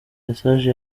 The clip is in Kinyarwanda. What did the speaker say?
message